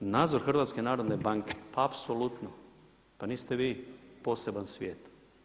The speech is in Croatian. Nadzor HNB-a, apsolutno, pa niste vi poseban svijet.